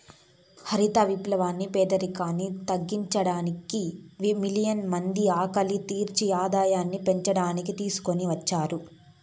హరిత విప్లవం పేదరికాన్ని తగ్గించేకి, మిలియన్ల మంది ఆకలిని తీర్చి ఆదాయాన్ని పెంచడానికి తీసుకొని వచ్చారు